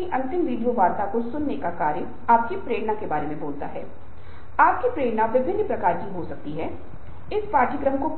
इसलिए व्यक्ति ने अपने आउटपुट और उसके इनपुट या व्यक्तियों के परिणामों की तुलना दूसरों के इनपु द्वारा विभाजित की है साथ टी यदि यह